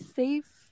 safe